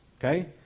Okay